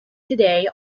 today